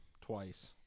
twice